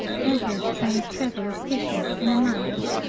ambulance trains travel as specials in a marche,